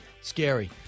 Scary